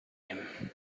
him